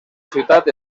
ciutat